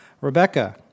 Rebecca